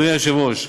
אדוני היושב-ראש,